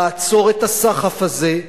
תעצור את הסחף הזה.